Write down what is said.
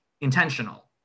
intentional